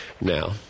now